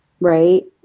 Right